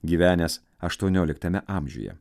gyvenęs aštuonioliktame amžiuje